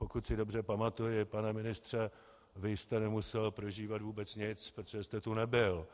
Pokud si dobře pamatuji, pane ministře, vy jste nemusel prožívat vůbec nic, protože jste tu nebyl.